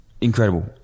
incredible